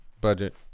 Budget